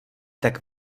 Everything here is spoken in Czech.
tak